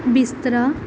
ਬਿਸਤਰਾ